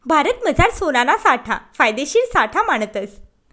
भारतमझार सोनाना साठा फायदेशीर साठा मानतस